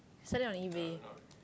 sell it on eBay